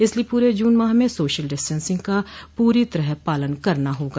इसलिये पूरे जून माह में सोशल डिस्टेंसिंग का पूरी तरह पालन करना होगा